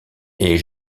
est